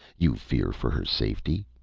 you fear for her safety?